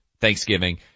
Thanksgiving